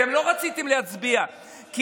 בזכות ההתנגדות שלנו הם קיבלו יותר.